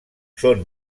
són